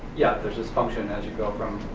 yeah, there's just function as you go from